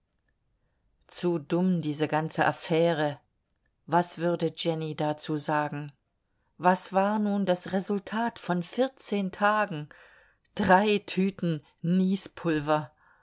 zu dumm diese ganze affäre was würde jenny dazu sagen was war nun das resultat von vierzehn tagen drei tüten